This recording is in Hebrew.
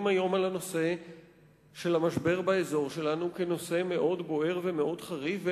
היום על המשבר באזור שלנו כעל נושא מאוד בוער וחריף,